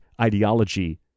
ideology